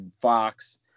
Fox